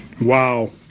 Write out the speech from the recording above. Wow